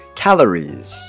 calories